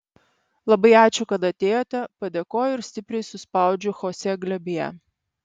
labai ačiū kad atėjote padėkoju ir stipriai suspaudžiu chosė glėbyje